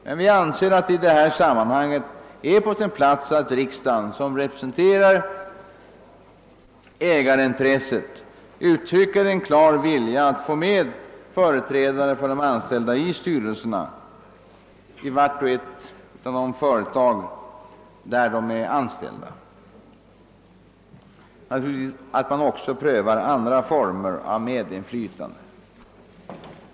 Men jag anser att det i detta sammanhang är på sin plats att riksdagen, som representerar ägarintresset, uttrycker en klar vilja att få med företrädare för de anställda i styrelserna i vart och ett av de företag där de är anställda och naturligtvis att man också prövar andra former av medinflytande.